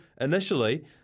initially